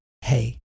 Hey